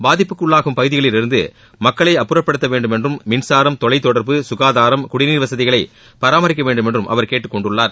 பாதிப்புக்குள்ளாகும் பகுதிகளில் இருந்து மக்களை அப்புறப்படுத்த வேண்டும் என்றும் மின்சாரம் தொலைத்தொடர்பு சுகாதாரம் குடிநீர் வசதிகளை பராமரிக்க வேண்டும் என்றும் அவர் கேட்டுக் கொண்டுள்ளார்